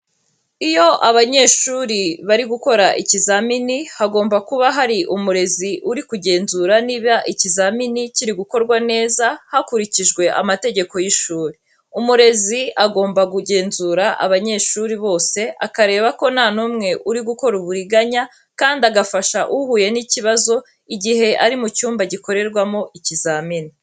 Iyo abanyeshuri bari gukora ikizamini, hagomba kuba hari umurezi uri kugenzura niba ikizamini kiri gukorwa neza hakurikijwe amategeko y'ishuri. Umurezi agomba kugenzura abanyeshuri bose, akareba ko nta numwe uri gukora uburiganya kandi agafasha uhuye n'ikibazo igihe ari mu cyumba gikorerwamo ikizamini.